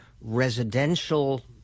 residential